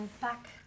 back